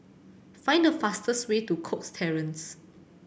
find the fastest way to Cox Terrace